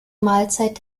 mahlzeit